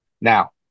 Now